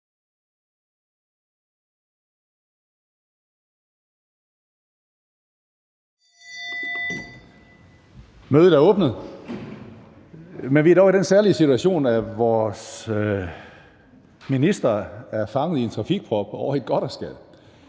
Mødet er åbnet. Vi er dog i den særlige situation, at vores minister er fanget i en trafikprop ovre i Gothersgade,